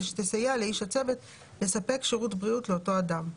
שתסייע לאיש הצוות לספק שירות בריאות לאותו אדם.